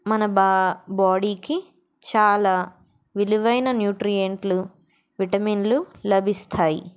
మన బా బాడీకి చాలా విలువైన న్యూట్రియంట్లు విటమిన్లు లభిస్తాయి